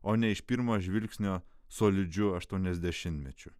o ne iš pirmo žvilgsnio solidžiu aštuoniasdešimtmečiu